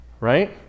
right